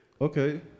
Okay